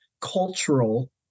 cultural